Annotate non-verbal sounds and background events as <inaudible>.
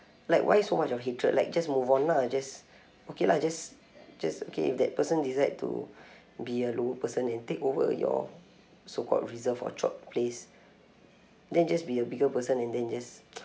like why so much of hatred like just move on lah just okay lah just just okay that person decide to <breath> be a lower person and take over your so-called reserved or choped place then just be a bigger person and then just <noise>